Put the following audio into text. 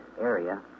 area